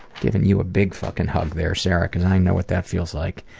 giving you a big fucking hug there, sarah because i know what that feels like.